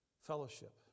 Fellowship